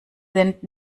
sind